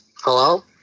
hello